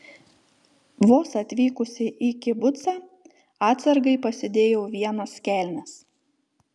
vos atvykusi į kibucą atsargai pasidėjau vienas kelnes